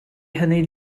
hynny